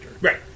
Right